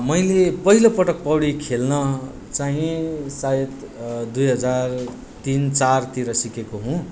मैले पहिलो पटक पौडी खेल्न चाहिँ सायद दुई हजार तिन चारतिर सिकेको हुँ र